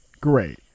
great